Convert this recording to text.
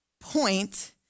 point